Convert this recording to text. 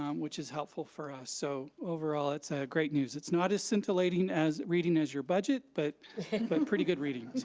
um which is helpful for us so overall it's great news. it's not as scintillating as reading as your budget but pretty good reading. so,